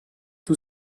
two